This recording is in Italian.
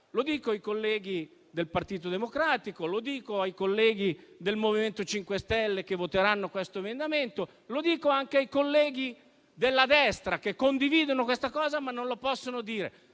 rivolgo ai colleghi del Partito Democratico e ai colleghi del MoVimento 5 Stelle che voteranno questo emendamento e anche ai colleghi della destra che condividono questa posizione ma non lo possono dire: